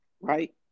right